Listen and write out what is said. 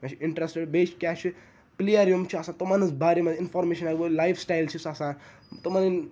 مےٚ چھُ اِنٹرٛسٹڈ بیٚیہِ کیٛاہ چھُ پٕلیر یِم چھِ آسان تِمَن ہٕنٛز بارے منٛز اِنفارمیشَن ہٮ۪کہٕ بہٕ لایف سٕٹایل چھُس آسان تِمَن ہِنٛدۍ